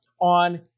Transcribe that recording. on